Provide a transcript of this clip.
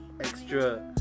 extra